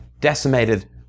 decimated